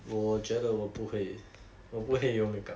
我觉得我不会我不会有 makeup